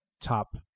top